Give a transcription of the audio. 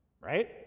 right